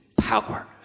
power